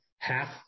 Half